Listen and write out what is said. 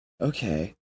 Okay